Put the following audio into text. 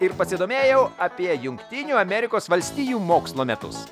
ir pasidomėjau apie jungtinių amerikos valstijų mokslo metus